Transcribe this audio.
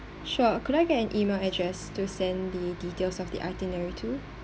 sure could I get an email address to send the details of the itinerary to